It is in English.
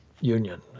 Union